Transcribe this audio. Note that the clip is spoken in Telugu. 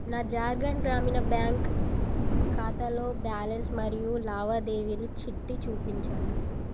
నా జార్ఖండ్ గ్రామీణ బ్యాంక్ ఖాతాలో బ్యాలన్స్ మరియు లావాదేవీలు చిట్టి చూపించండి